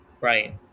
Right